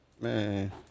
Man